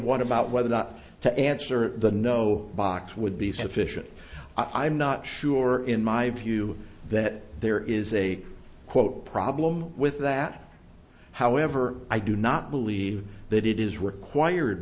one about whether or not to answer the no box would be sufficient i am not sure in my view that there is a quote problem with that however i do not believe that it is required